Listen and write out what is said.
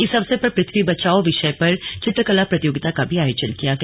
इस अवसर पर पृथ्वी बचाओ विषय पर चित्रकला प्रतियोगिता का भी आयोजन किया गया